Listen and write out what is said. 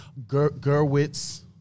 Gerwitz